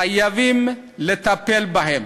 חייבים לטפל בהן.